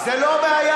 זו לא בעיה.